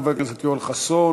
חבר הכנסת יואל חסון,